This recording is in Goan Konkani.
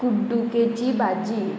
कुड्डुकेची भाजी